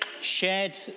shared